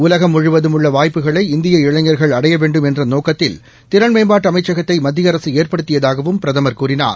உலகம் முழுவதும் உள்ளவாய்ப்புகளை இந்திய இளைஞர்கள் அடையவேண்டும் என்றநோக்கத்தில் திறன் மேம்பாட்டுஅமைச்சகத்தைமத்தியஅரசுஏற்படுத்தியதாகவும் பிரதமர் கூறினார்